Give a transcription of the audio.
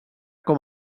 com